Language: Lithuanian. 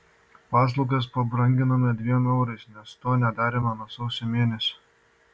paslaugas pabranginome dviem eurais nes to nedarėme nuo sausio mėnesio